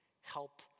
help